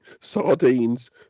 sardines